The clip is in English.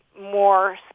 more